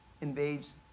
invades